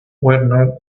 werner